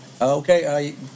okay